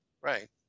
Right